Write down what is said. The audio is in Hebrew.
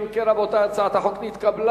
אם כן, רבותי, הצעת החוק נתקבלה,